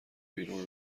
بیرون